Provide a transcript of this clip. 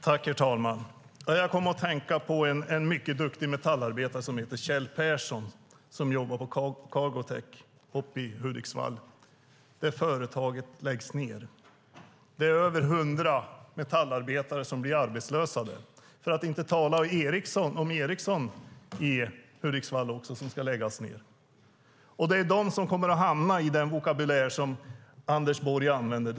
Herr talman! Jag kommer att tänka på en mycket duktig metallarbetare som heter Kjell Persson och jobbar på Cargotec i Hudiksvall. Det företaget läggs ned, och mer än hundra metallarbetare blir arbetslösa - för att inte tala om alla på Ericsson. Även det ska läggas ned. Det är de som kommer att omfattas av den vokabulär som Anders Borg använder.